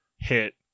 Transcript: hit